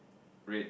red